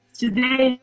today